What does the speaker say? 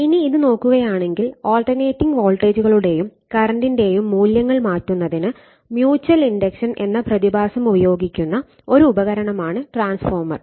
ഇനി ഇത് നോക്കുകയാണെങ്കിൽ ആൾട്ടർനേറ്റിംഗ് വോൾട്ടേജുകളുടെയും കറന്റിന്റെയും മൂല്യങ്ങൾ മാറ്റുന്നതിന് മ്യൂച്ചൽ ഇൻഡക്ഷൻ എന്ന പ്രതിഭാസം ഉപയോഗിക്കുന്ന ഒരു ഉപകരണമാണ് ട്രാൻസ്ഫോർമർ